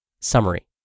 Summary